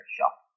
shop